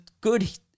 good